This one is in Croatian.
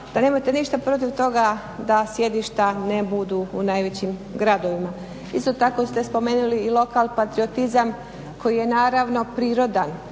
pa nemojte ništa protiv toga da sjedišta ne budu u najvećim gradovima. Isto tako ste spomenuli i lokal patriotizam koji je naravno prirodan